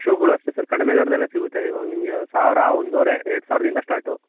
ಶೂಗುಳು ಅಷ್ಟೇ ಸರ್ ಕಡಿಮೆ ದರದಲ್ಲೇ ಸಿಗುತ್ತೆ ಇವಾಗ ನಿಮಗೆ ಸಾವಿರ ಒಂದುವರೆ ಎರಡು ಸಾವಿರದಿಂದ ಸ್ಟಾರ್ಟು